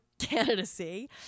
Candidacy